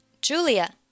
Julia